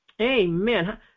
Amen